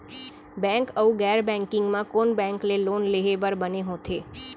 Bank अऊ गैर banking म कोन बैंक ले लोन लेहे बर बने होथे?